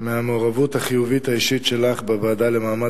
על המעורבות החיובית האישית שלך בוועדה לזכויות